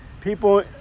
people